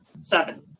seven